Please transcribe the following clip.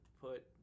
put